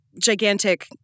gigantic